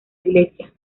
iglesia